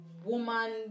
woman